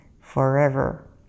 forever